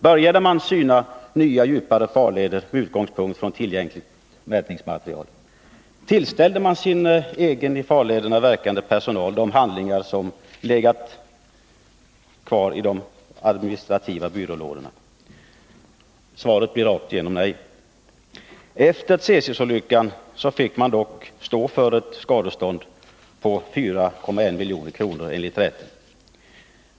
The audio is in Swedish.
Började man syna nya djupare farleder med utgångspunkt i tillgängligt mätningsmaterial? Tillställde man sin egen i farlederna verkande personal de handlingar som legat kvar i de administrativa byrålådorna? — Svaret blir rakt igenom nej. Efter Tsesisolyckan fick man dock betala ett skadestånd på 4,1 milj.kr., enligt rättens utslag.